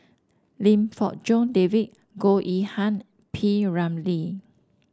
Lim Fong Jock David Goh Yihan P Ramlee